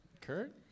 Kurt